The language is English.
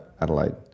Adelaide